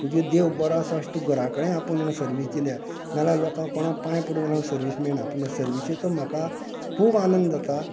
तुजेर देव बरो आसा अशे तुका घरा कडेन आपोन ताणे सरवीस दिल्या नाल्या लोकां कोणाक पांय पडून सरवीस मेळना पूण ह्या सरवीशेचो म्हाका खूब आनंद जाता